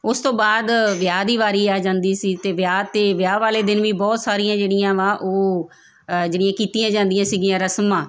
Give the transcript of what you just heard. ਉਸ ਤੋਂ ਬਾਅਦ ਵਿਆਹ ਦੀ ਵਾਰੀ ਆ ਜਾਂਦੀ ਸੀ ਅਤੇ ਵਿਆਹ ਅਤੇ ਵਿਆਹ ਵਾਲੇ ਦਿਨ ਵੀ ਬਹੁਤ ਸਾਰੀਆਂ ਜਿਹੜੀਆਂ ਵਾ ਉਹ ਜਿਹੜੀਆਂ ਕੀਤੀਆਂ ਜਾਂਦੀਆਂ ਸੀਗੀਆਂ ਰਸਮਾਂ